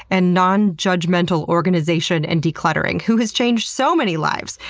and non-judgmental organization and decluttering who has changed so many lives.